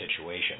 situation